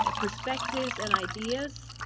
and perspectives and ideas.